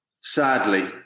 Sadly